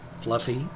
fluffy